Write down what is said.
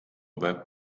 web